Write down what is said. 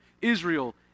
Israel